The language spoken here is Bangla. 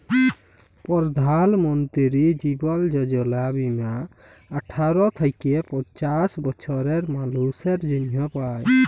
পরধাল মলতিরি জীবল যজলা বীমা আঠার থ্যাইকে পঞ্চাশ বসরের মালুসের জ্যনহে পায়